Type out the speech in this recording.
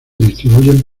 distribuyen